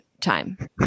time